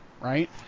right